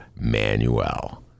Manuel